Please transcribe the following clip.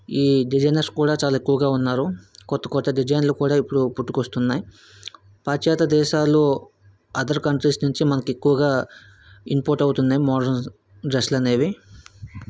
ఈ డిజైనర్స్ కూడా చాలా ఎక్కువగా ఉన్నారు కొత్త కొత్త డిజైన్లు కూడా ఇప్పుడు పుట్టుకొస్తున్నాయి పాచ్యాత దేశాలు అదర్ కంట్రీస్ నుంచి మనకి ఎక్కువగా ఇంపోర్ట్ అవుతున్నాయి మాడ్రన్ డ్రస్సులు అనేవి